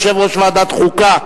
יושב-ראש ועדת החוקה,